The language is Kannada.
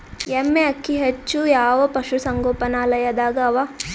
ಎಮ್ಮೆ ಅಕ್ಕಿ ಹೆಚ್ಚು ಯಾವ ಪಶುಸಂಗೋಪನಾಲಯದಾಗ ಅವಾ?